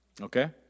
Okay